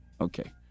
Okay